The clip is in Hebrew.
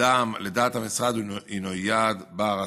לדעת המשרד, הינו יעד בר-השגה.